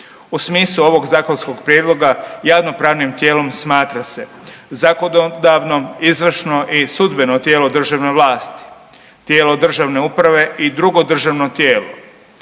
U smislu ovog zakonskog prijedloga javnopravnim tijelom smatra se zakonodavno, izvršno i sudbeno tijelo državne vlasti, tijelo državne uprave i drugo državno tijelo,